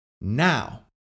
now